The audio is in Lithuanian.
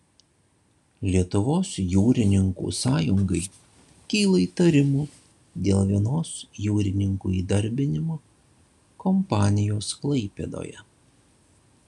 lietuvos jūrininkų sąjungai kyla įtarimų dėl vienos jūrininkų įdarbinimo kompanijos klaipėdoje